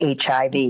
HIV